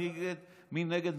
מי נגד?